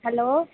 hello